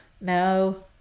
No